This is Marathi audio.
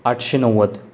आठशे नव्वद